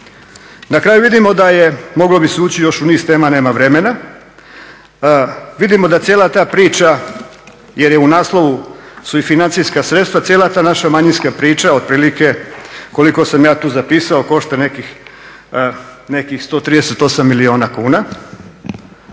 Na kraju, vidimo da moglo bi se ući još u niz tema, a nema vremena, vidimo da cijela ta priča, jer je u naslovu su i financijska sredstva, cijela ta naša manjinska priča otprilike koliko sam ja tu zapisao košta nekih 138 milijuna kuna